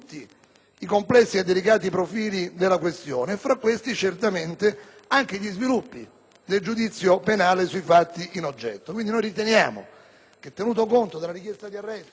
i complessi e delicati profili della questione, tra i quali rientrano anche gli sviluppi del giudizio penale sui fatti in oggetto. Pertanto, riteniamo che, tenuto conto della richiesta di arresto